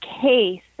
case